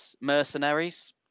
mercenaries